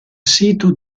sito